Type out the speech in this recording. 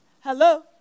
Hello